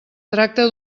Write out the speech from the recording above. tracta